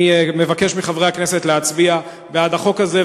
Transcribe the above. אני מבקש מחברי הכנסת להצביע בעד החוק הזה,